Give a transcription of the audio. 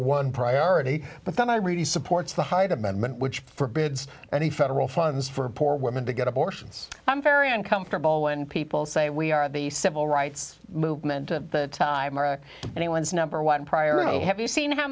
one priority but then i read he supports the hyde amendment which forbids any federal funds for poor women to get abortions i'm very uncomfortable when people say we are the civil rights movement of the time or anyone's number one priority have you seen how